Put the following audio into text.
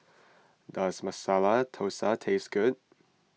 does Masala Thosai taste good